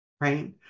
right